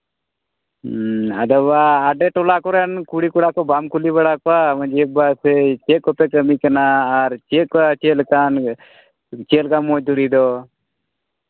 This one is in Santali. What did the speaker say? ᱟᱫᱚ ᱵᱟ ᱟᱫᱷᱮ ᱴᱚᱞᱟ ᱠᱚᱨᱮᱱ ᱠᱩᱲᱤ ᱠᱚᱲᱟ ᱠᱚ ᱵᱟᱢ ᱠᱩᱞᱤ ᱵᱟᱲᱟ ᱠᱚᱣᱟ ᱡᱮ ᱪᱮᱫ ᱠᱚᱯᱮ ᱠᱟᱹᱢᱤ ᱠᱟᱱᱟ ᱟᱨ ᱪᱮᱫ ᱠᱚ ᱪᱮᱫ ᱞᱮᱠᱟᱱ ᱪᱮᱫ ᱞᱮᱠᱟᱱ ᱢᱚᱡᱽ ᱫᱷᱩᱲᱤ ᱫᱚ